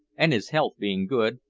and his health being good,